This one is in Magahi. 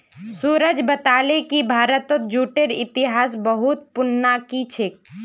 सूरज बताले कि भारतत जूटेर इतिहास बहुत पुनना कि छेक